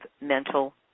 mental